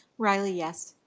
riley, yes.